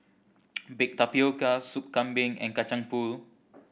baked tapioca Soup Kambing and Kacang Pool